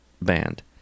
band